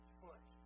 foot